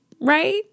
right